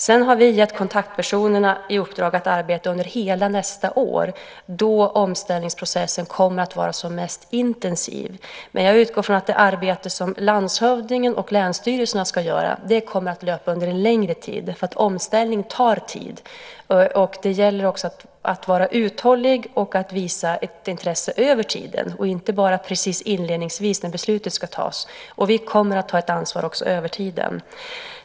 Sedan har vi gett kontaktpersonerna i uppdrag att arbeta under hela nästa år då omställningsprocessen kommer att vara som mest intensiv. Jag utgår från att det arbete som landshövdingen och länsstyrelserna ska göra kommer att löpa under en längre tid. Omställning tar tid, och det gäller att vara uthållig och att visa ett intresse över tiden och inte bara inledningsvis när beslutet ska fattas. Vi kommer att ta ett ansvar över tiden.